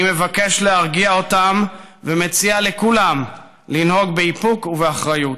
אני מבקש להרגיע אותם ומציע לכולם לנהוג באיפוק ובאחריות.